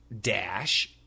dash